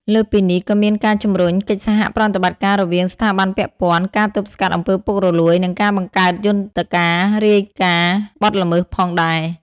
លើសពីនេះ ក៏មានការជំរុញកិច្ចសហប្រតិបត្តិការរវាងស្ថាប័នពាក់ព័ន្ធ ការទប់ស្កាត់អំពើពុករលួយ និងការបង្កើតយន្តការរាយការណ៍បទល្មើសផងដែរ។